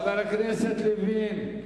חבר הכנסת לוין,